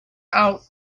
out